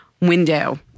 window